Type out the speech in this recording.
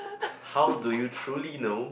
how do you truly know